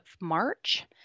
March